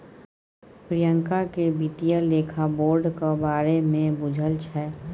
प्रियंका केँ बित्तीय लेखा बोर्डक बारे मे बुझल छै